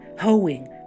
hoeing